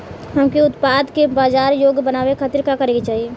हमके उत्पाद के बाजार योग्य बनावे खातिर का करे के चाहीं?